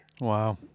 wow